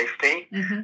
safety